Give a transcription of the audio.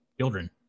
children